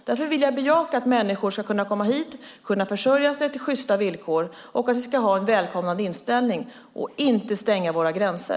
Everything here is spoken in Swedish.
Därför vill jag bejaka att människor ska kunna komma hit och kunna försörja sig till sjysta villkor och att vi ska ha en välkomnande inställning, inte stänga våra gränser.